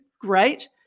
Great